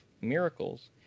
miracles